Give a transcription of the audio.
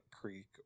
creek